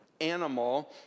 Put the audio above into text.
animal